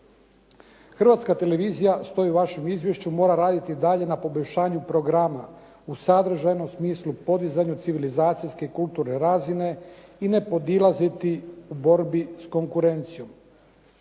Hrvatska televizija, stoji u vašem izvješću, mora raditi dalje na poboljšanju programa, u sadržajnom smislu podizanju civilizacijske, kulturne razine i ne podilaziti u borbi s konkurencijom.